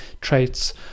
traits